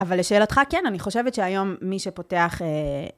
אבל לשאלתך, כן, אני חושבת שהיום מי שפותח...